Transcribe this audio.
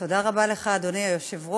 תודה רבה לך, אדוני היושב-ראש,